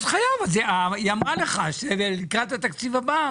היא אמרה לך שלקראת התקציב הבא,